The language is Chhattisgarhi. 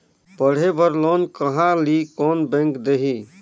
पढ़े बर लोन कहा ली? कोन बैंक देही?